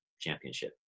championship